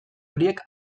horiek